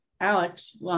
Alex